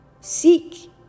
Seek